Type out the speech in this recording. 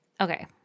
Okay